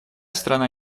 страна